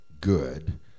good